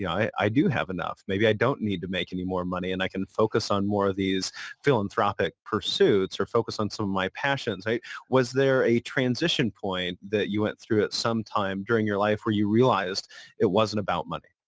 yeah i do have enough. maybe i don't need to make any more money and i can focus on more of these philanthropic pursuits or focus on some of my passions. was there a transition point that you went through at some time during your life where you realized it wasn't about money?